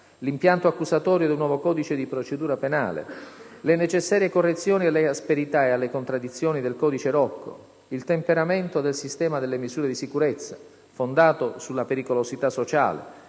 l'impianto accusatorio del nuovo codice di procedura penale, le necessarie correzioni alle asperità e alle contraddizioni del codice Rocco, il temperamento del sistema delle misure di sicurezza, fondato sulla pericolosità sociale,